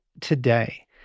today